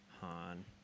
Han